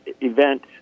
event